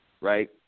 right